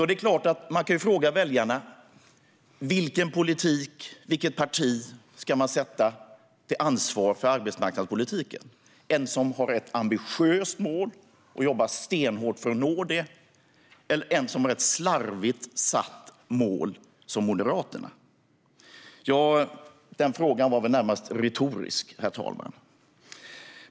Det är klart att man kan fråga väljarna vilken politik, vilket parti, som man ska sätta att ansvara för arbetsmarknadspolitiken. Är det ett parti som har ett ambitiöst mål och jobbar stenhårt för att nå det, eller är det ett parti som har ett slarvigt satt mål, som Moderaterna? Herr talman! Den frågan var närmast retorisk.